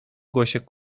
głosie